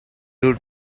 due